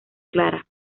clara